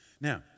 Now